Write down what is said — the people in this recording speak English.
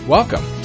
Welcome